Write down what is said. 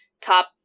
top